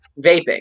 vaping